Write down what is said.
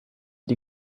die